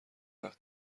وقت